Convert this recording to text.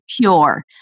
pure